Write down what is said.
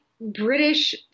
British